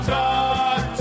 talk